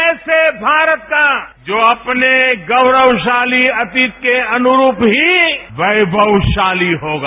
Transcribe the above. ऐसे भारत का जो अपने गौरवशाली अतीत के अुनरूप ही वैमवशाली होगा